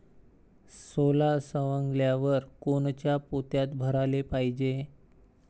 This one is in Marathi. सोला सवंगल्यावर कोनच्या पोत्यात भराले पायजे?